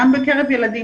גם בקרב ילדים,